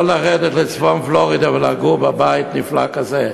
לא לרדת לצפון פלורידה ולגור בבית נפלא כזה?